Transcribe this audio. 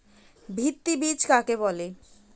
ভিত্তি বীজ কাকে বলে?